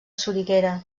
soriguera